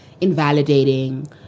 invalidating